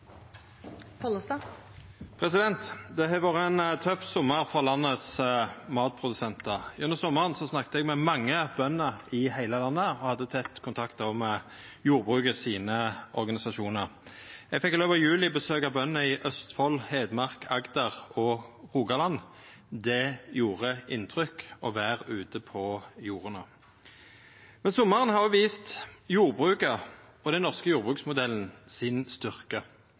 Det har vore ein tøff sommar for landets matprodusentar. Gjennom sommaren snakka eg med mange bønder i heile landet og hadde òg tett kontakt med jordbruksorganisasjonane. Eg fekk i løpet av juli besøkja bønder i Østfold, Hedmark, Agder og Rogaland. Det gjorde inntrykk å vera ute på jorda. Men sommaren har vist styrken til jordbruket og den norske jordbruksmodellen.